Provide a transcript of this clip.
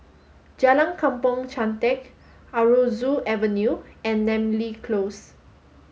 Jalan Kampong Chantek Aroozoo Avenue and Namly Close